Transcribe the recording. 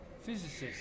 Physicist